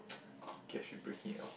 okay I should break it up